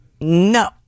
no